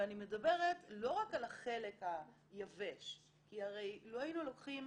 ואני מדברת לא רק על החלק היבש כי הרי לו היינו לוקחים